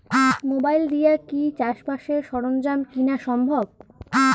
Mobile দিয়া কি চাষবাসের সরঞ্জাম কিনা সম্ভব?